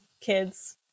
kids